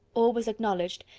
all was acknowledged,